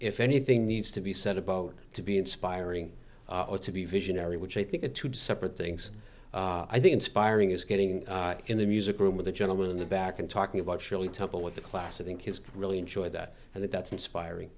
if anything needs to be said about to be inspiring or to be visionary which i think the two separate things i think inspiring is getting in the music room with a gentleman in the back and talking about shirley temple with the class i think is really enjoyed that and that's inspiring